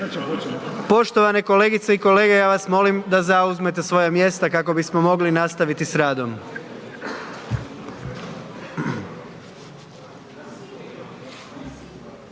SATI Kolegice i kolege molim vas da zauzmete svoja mjesta kako bismo mogli nastaviti s radom.